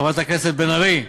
חברת הכנסת בן ארי מירב,